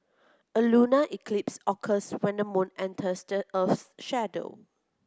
a lunar eclipse occurs when the moon enters the earth's shadow